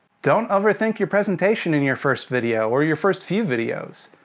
don't overthink your presentation in your first video, or your first few videos.